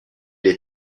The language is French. est